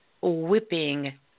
whipping